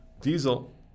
Diesel